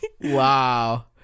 Wow